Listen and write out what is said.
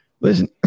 listen